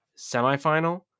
semifinal